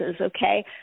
okay